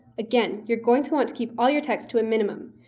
again, you're going to want to keep all your text to a minimum.